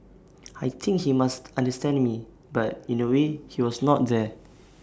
I think he must understanding me but in A way he was not there